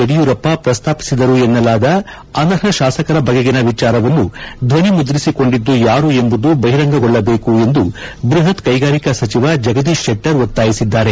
ಯಡಿಯೂರಪ್ಪ ಪ್ರಸ್ತಾಪಿದರೆನ್ನಲಾದ ಅನರ್ಷ ಶಾಸಕರ ಬಗೆಗಿನ ವಿಚಾರವನ್ನು ಧ್ವನಿಮುದ್ರಿಸಿಕೊಂಡಿದ್ದು ಯಾರು ಎಂಬುದು ಬಹಿರಂಗಗೊಳ್ಳದೇಕು ಎಂದು ಬೃಪತ್ ಕೈಗಾರಿಕಾ ಸಚಿವ ಜಗದೀಶ್ ಶೆಟ್ಷರ್ ಒತ್ತಾಯಿಸಿದ್ದಾರೆ